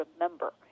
remember